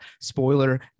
spoiler